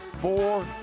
four